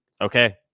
Okay